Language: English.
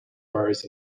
bars